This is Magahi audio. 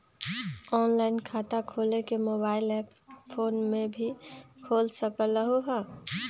ऑनलाइन खाता खोले के मोबाइल ऐप फोन में भी खोल सकलहु ह?